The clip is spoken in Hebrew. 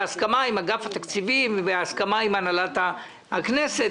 בהסכמה עם אגף התקציבים והסכמה עם הנהלת הכנסת,